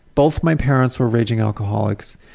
both my parents were raging alcoholics.